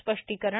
स्पष्टीकरण